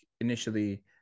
initially